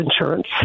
insurance